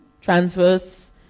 transverse